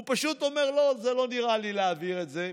הוא פשוט אומר: לא, זה לא נראה לי להעביר את זה,